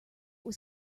was